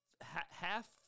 half